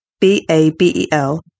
B-A-B-E-L